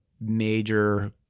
major